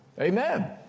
Amen